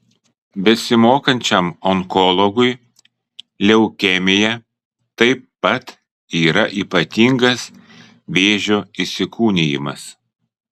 besimokančiam onkologui leukemija taip pat yra ypatingas vėžio įsikūnijimas